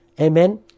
Amen